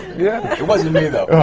yeah it wasn't me, though.